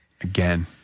Again